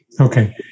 Okay